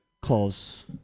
close